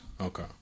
Okay